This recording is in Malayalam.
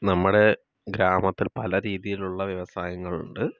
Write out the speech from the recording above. നമ്മുടെ ഗ്രാമത്തിൽ പലരീതിയിലുള്ള വ്യവസായങ്ങൾ ഉണ്ട്